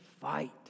fight